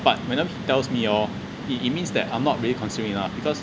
but my dad tells me hor it it means that I'm not really considering lah because